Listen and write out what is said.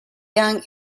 young